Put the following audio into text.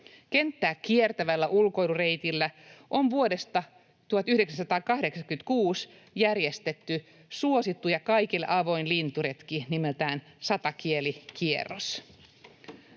Kenttää kiertävällä ulkoilureitillä on vuodesta 1986 järjestetty suosittu ja kaikille avoin linturetki nimeltään Satakielikierros.